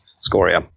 Scoria